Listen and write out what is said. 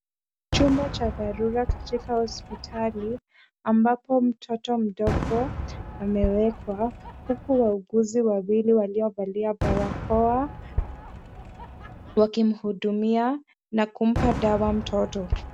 Chumba cha dharura katika hospitali ambapo mtoto mdogo amewekwa huku wauguzi wawili waliovalia barakoa wakimhudumia na kumpa dawa mtoto.